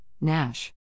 Nash